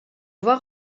voit